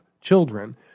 children